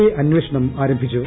A അന്വേഷണം ആരംഭിച്ചു